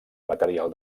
material